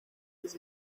his